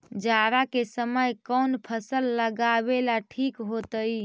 जाड़ा के समय कौन फसल लगावेला ठिक होतइ?